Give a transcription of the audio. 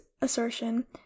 assertion